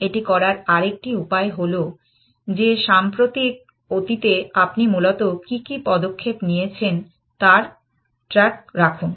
এটি করার আরেকটি উপায় হলো যে সাম্প্রতিক অতীতে আপনি মূলত কী কী পদক্ষেপ নিয়েছেন তার ট্র্যাক রাখুন